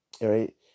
right